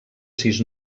sis